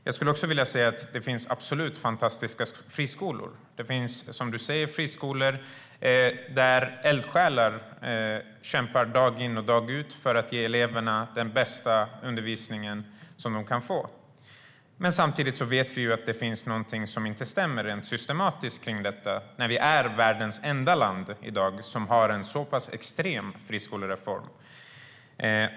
Jag skulle också vilja säga att det absolut finns fantastiska friskolor. Det finns, som du säger, friskolor där eldsjälar kämpar dag in och dag ut för att ge eleverna den bästa undervisning de kan få. Men samtidigt vet vi att det är någonting som inte stämmer rent systematiskt kring detta när Sverige är världens enda land i dag som har en så pass extrem friskolereform.